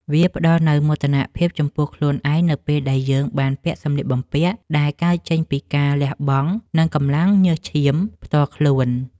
វាផ្ដល់នូវមោទនភាពចំពោះខ្លួនឯងនៅពេលដែលយើងបានពាក់សម្លៀកបំពាក់ដែលកើតចេញពីការលះបង់ និងកម្លាំងញើសឈាមផ្ទាល់ខ្លួន។